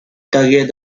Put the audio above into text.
carrière